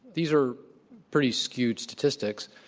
these are pretty skewed statistics.